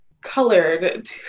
colored